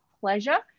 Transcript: pleasure